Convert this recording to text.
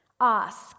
Ask